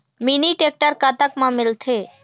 Mini tractor कतक म मिलथे?